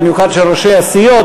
במיוחד ראשי הסיעות,